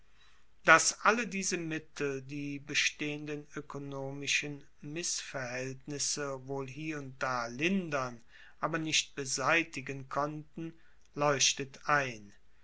dass alle diese mittel die bestehenden oekonomischen missverhaeltnisse wohl hie und da lindern aber nicht beseitigen konnten leuchtet ein